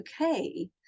okay